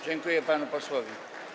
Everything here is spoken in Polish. Dziękuję panu posłowi.